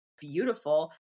beautiful